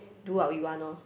do what we want orh